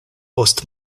post